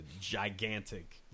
gigantic